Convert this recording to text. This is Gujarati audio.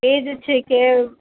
એજ છે કે